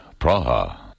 Praha